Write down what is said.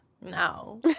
No